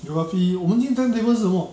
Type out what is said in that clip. geography 我们今天 timetable 是什么